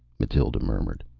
mathild murmured.